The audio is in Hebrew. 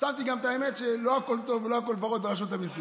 שמתי גם את האמת שלא הכול טוב ולא הכול ורוד ברשות המיסים.